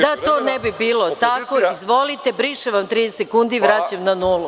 Da to ne bi bilo tako, izvolite, brišem vam 30 sekundi, vraćam na nulu.